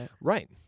right